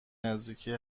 نزدیکی